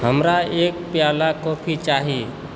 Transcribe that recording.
हमरा एक प्याला कॉफी चाही